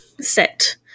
set